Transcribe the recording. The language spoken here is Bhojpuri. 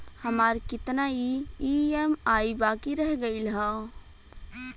हमार कितना ई ई.एम.आई बाकी रह गइल हौ?